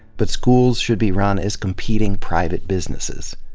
but schools should be run as competing private businesses.